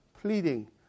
pleading